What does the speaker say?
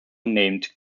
named